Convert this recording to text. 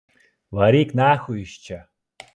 varyk nachui iš čia